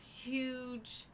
huge